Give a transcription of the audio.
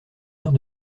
aire